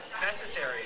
necessary